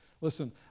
Listen